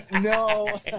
No